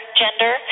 gender